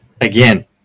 again